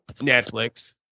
Netflix